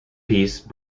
piece